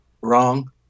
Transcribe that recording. wrong